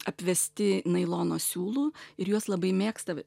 apvesti nailono siūlų ir juos labai mėgsta